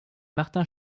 martins